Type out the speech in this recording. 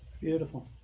Beautiful